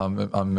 כל נזקי טבע.